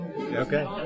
Okay